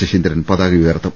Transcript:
ശശീന്ദ്രൻ പതാക ഉയർത്തും